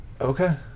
Okay